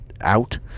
out